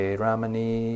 ramani